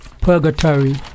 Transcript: Purgatory